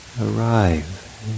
arrive